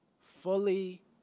fully